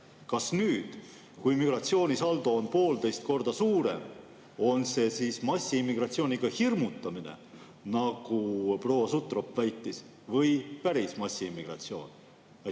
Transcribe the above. Kas nüüd, kui migratsioonisaldo on poolteist korda suurem, on see siis massiimmigratsiooniga hirmutamine, nagu proua Sutrop väitis, või päris massiimmigratsioon?